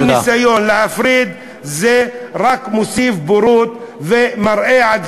כל ניסיון להפריד רק מוסיף בורות ומראה עד